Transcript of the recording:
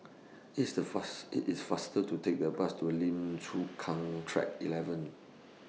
IT IS The fast IT IS faster to Take The Bus to Lim Chu Kang Track eleven